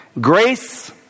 Grace